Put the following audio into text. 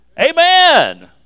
Amen